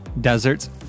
deserts